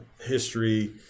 history